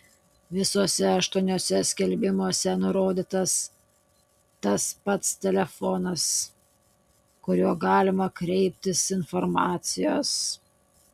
visuose aštuoniuose skelbimuose nurodytas tas pats telefonas kuriuo galima kreiptis informacijos